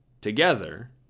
together